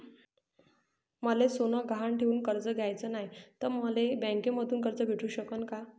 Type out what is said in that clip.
मले सोनं गहान ठेवून कर्ज घ्याचं नाय, त मले बँकेमधून कर्ज भेटू शकन का?